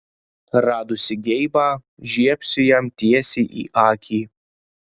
radusi geibą žiebsiu jam tiesiai į akį